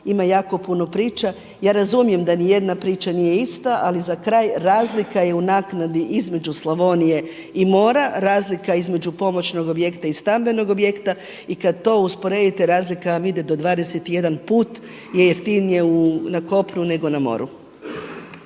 ima jako puno priča. Ja razumijem da niti jedna priča nije ista. Ali za kraj. Razlika je u naknadi između Slavonije i mora. Razlika između pomoćnog objekta i stambenog objekta i kada to usporedite razlika vam ide do 21 put je jeftinije na kopnu, nego na moru.